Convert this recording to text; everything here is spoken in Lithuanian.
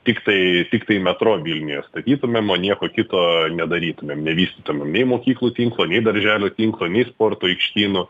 tiktai tiktai metro vilniuje statytumėm o nieko kito nedarytumėm nevystytumėm nei mokyklų tinklo nei darželių tinklo nei sporto aikštynų